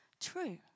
true